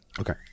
Okay